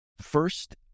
First